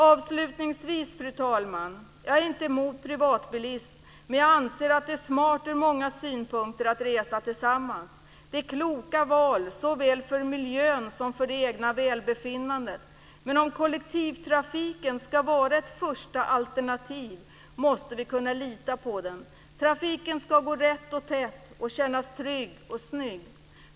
Avslutningsvis, fru talman, vill jag säga att jag inte är emot privatbilism, men jag anser att det är smart ur många synpunkter att resa tillsammans. Det är ett klokt val såväl för miljön som för det egna välbefinnandet. Men om kollektivtrafiken ska vara ett första alternativ måste vi kunna lita på den. Trafiken ska gå rätt och tätt och kännas trygg och snygg.